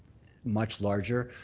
much larger.